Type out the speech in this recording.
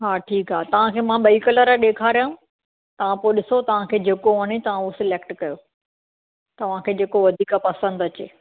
हा ठीक आहे तव्हां खे मां ॿई कलर ॾेखारियांव तव्हां पोइ ॾिसो तव्हां खे जेको वणे तव्हां उहो सलैक्ट कयो तव्हां खे जेको वधीक पसंद अचे